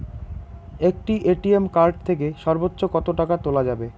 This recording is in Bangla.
একটি এ.টি.এম কার্ড থেকে সর্বোচ্চ কত টাকা তোলা যাবে?